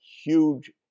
huge